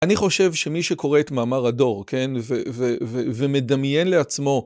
אני חושב שמי שקורא את מאמר הדור, כן, ו.. ו.. ומדמיין לעצמו...